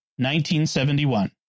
1971